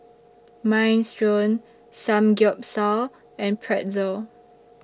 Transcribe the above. Minestrone Samgeyopsal and Pretzel